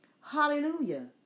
hallelujah